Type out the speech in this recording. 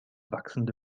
wachsende